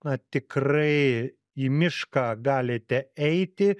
na tikrai į mišką galite eiti